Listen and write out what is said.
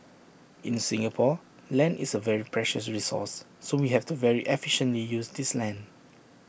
in Singapore land is A very precious resource so we have to very efficiently use this land